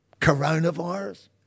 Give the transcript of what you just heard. coronavirus